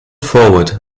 forward